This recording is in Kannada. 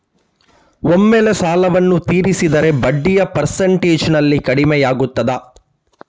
ಒಮ್ಮೆಲೇ ಸಾಲವನ್ನು ತೀರಿಸಿದರೆ ಬಡ್ಡಿಯ ಪರ್ಸೆಂಟೇಜ್ನಲ್ಲಿ ಕಡಿಮೆಯಾಗುತ್ತಾ?